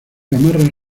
gamarra